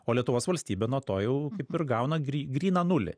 o lietuvos valstybė nuo to jau kaip ir gauna gry gryną nulį